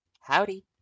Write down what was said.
Howdy